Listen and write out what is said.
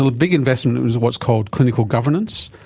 ah big investment in what's called clinical governance,